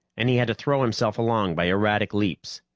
and he had to throw himself along by erratic leaps.